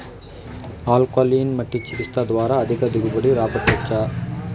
alkaline మట్టి చికిత్స ద్వారా అధిక దిగుబడి రాబట్టొచ్చా